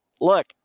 look